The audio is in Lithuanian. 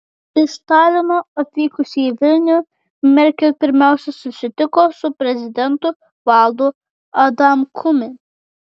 iš talino atvykusi į vilnių merkel pirmiausia susitiko su prezidentu valdu adamkumi